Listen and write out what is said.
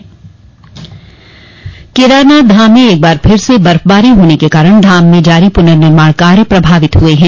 मौसम केदारनाथ धाम में एक बार फिर से बर्फबारी होने के कारण धाम में जारी पुनर्निर्माण कार्य प्रभावित हुए हैं